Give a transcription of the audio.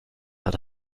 hat